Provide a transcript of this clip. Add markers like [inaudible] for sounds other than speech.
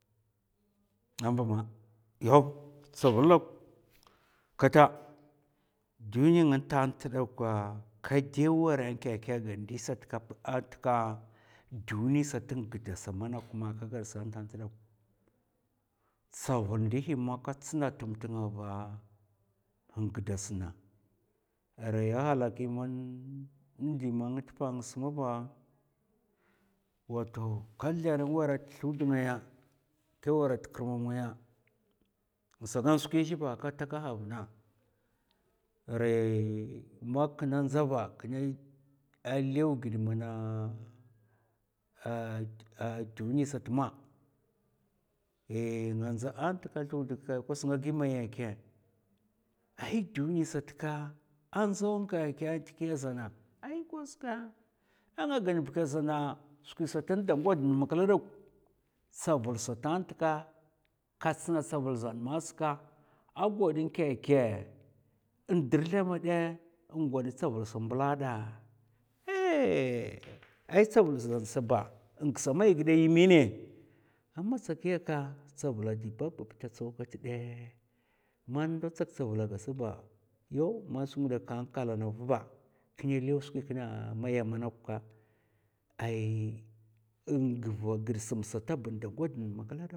Amb ma, yaw tsavul ɗok kata duniy ng ntanta kè dè wèra nkè'kè gad nɗi sat kap ntka duniy sat n'gdasa tant dok tavul ndihi man ka tsna tm tnga ngdasna arai a halaki ndi man, ndi man ng tpa ngas dakwa wato ka zlèr nwèra ta slud ngaya, kè wèra t kirmam ngaya in sagan skwi zhèba ka takahana vna arai ma kina ndza ba a lèw gid mana [hesitation] duniy sat ma, a nga ndza a tn kata slud gag'ka, kwas nga gi maya nkè? Ay duniy sat ka, a ndzaw ntkèkè zana ai kwas ka a nga gan bkè zana, skwi sat nda gwad makla dok tsavul satan ntka ka tsna tsavul zan mas ka a gwad nkèkè? Ndrsla madè ngwad tsavul sa nbla da ayy a tsavul zan sba ngasa mai gid. A matsa kiya ka tsavula di ba'bab ta tsaw kat dè man ndo tsak tsavula ngas ba, yaw man su nghidè kalanav vba kina lèw skwi kina a maya manok ka ay gav ghid sam sata ba nda gwad makla dakwa.